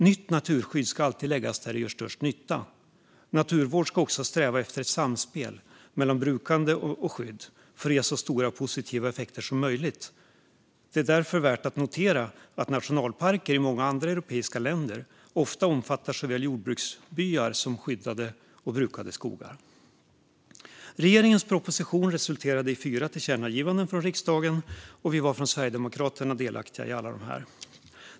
Nytt naturskydd ska alltid läggas där det gör störst nytta. Naturvård ska också sträva efter samspel mellan brukande och skydd för att ge så stora positiva effekter som möjligt. Det är värt att notera att nationalparker i många europeiska länder ofta omfattar såväl jordbruksbyar som skyddade och brukade skogar. Regeringens proposition resulterade i fyra förslag till tillkännagivanden från riksdagen. Vi var från Sverigedemokraterna delaktiga i alla dessa.